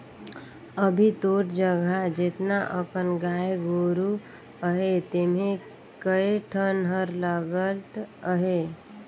अभी तोर जघा जेतना अकन गाय गोरु अहे तेम्हे कए ठन हर लगत अहे